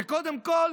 כך שקודם כול